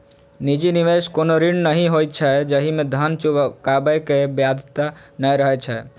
निजी निवेश कोनो ऋण नहि होइ छै, जाहि मे धन चुकाबै के बाध्यता नै रहै छै